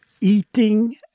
eating